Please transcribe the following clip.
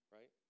Right